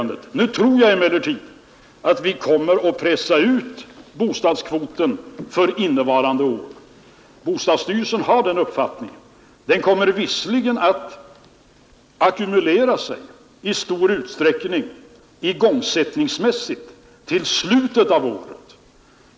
Nu tror jag emellertid att vi kommer att kunna pressa ut bostadskvoten för innevarande år — bostadsstyrelsen har den uppfattningen. Kvoten kommer visserligen igångsättningsmässigt att ackumuleras i stor utsträckning till slutet av året.